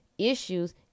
Issues